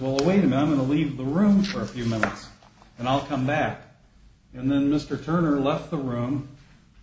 well wait a moment i'll leave the room for a few minutes and i'll come back and then mr turner left the room